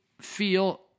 feel